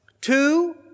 two